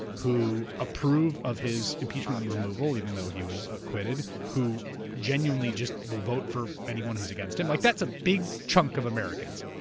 who approve of his impeachment and removal, even though he was acquitted, who genuinely just will vote for anyone who is against him, like that's a big chunk of americans.